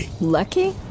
Lucky